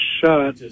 shot